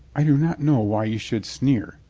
i do not know why you should sneer?